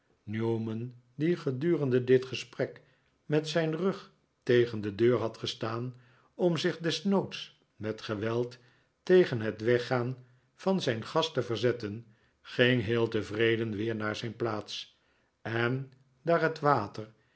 newman die gedurende dit gesprek met zijn rug tegen de deur had gestaan om zich desnoods met geweld tegen het weggaan van zijn gast te verzetten ging heel tevreden weer naar zijn plaats en daar het water